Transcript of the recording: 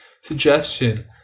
suggestion